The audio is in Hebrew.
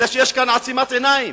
אלא שיש כאן עצימת עיניים,